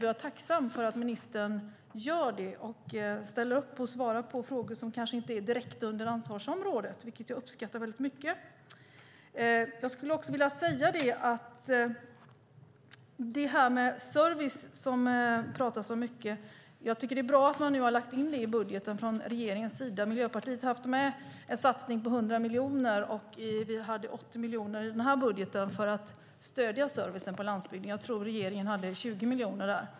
Jag är tacksam för att ministern gör det och ställer upp på att svara på frågor som kanske inte direkt ligger inom ansvarsområdet. Det uppskattar jag väldigt mycket. När det gäller service, som det pratas så mycket om, skulle jag också vilja säga att det är bra att man från regeringens sida har lagt in detta i budgeten. Miljöpartiet har haft med en satsning på 100 miljoner - och vi hade 80 miljoner i den här budgeten - för att stödja servicen på landsbygden. Jag tror att regeringen hade 20 miljoner där.